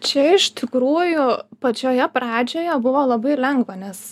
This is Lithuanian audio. čia iš tikrųjų pačioje pradžioje buvo labai lengva nes